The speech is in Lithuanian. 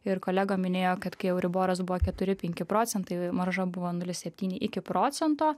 ir kolega minėjo kad kai euriboras buvo keturi penki procentai marža buvo nulis septyni iki procento